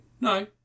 No